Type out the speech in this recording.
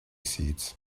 seeds